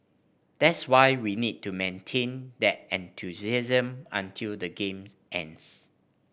that's why we need to maintain that enthusiasm until the game ends